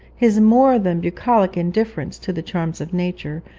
his more than bucolic indifference to the charms of nature,